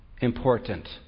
important